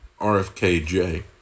RFKJ